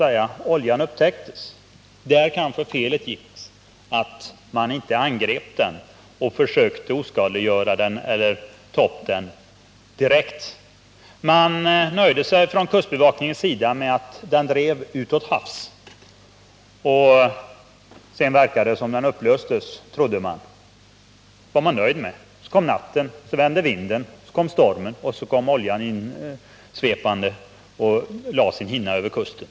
När oljan upptäcktes och rapporterades var kanske felet att man inte omedelbart angrep den, försökte oskadliggöra den eller ta upp den direkt. Man nöjde sig från kustbevakningens sida med att den drev ut åt havs och att det verkade som om den upplöstes. Så kom natten, och så vände vinden, och så kom stormen, och så kom oljan insvepande och lade sig över kusten.